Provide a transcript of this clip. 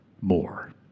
more